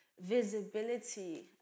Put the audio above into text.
visibility